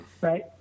right